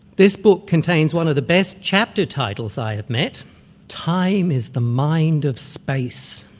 this book contains one of the best chapter titles i have met time is the mind of space.